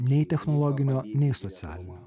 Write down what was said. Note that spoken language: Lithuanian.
nei technologinio nei socialinio